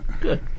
good